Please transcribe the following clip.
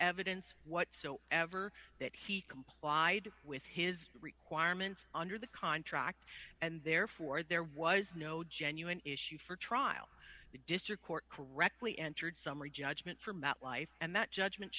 evidence what so ever that he complied with his requirements under the contract and therefore there was no genuine issue for trial the district court correctly entered summary judgment for metlife and that judgment